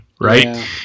Right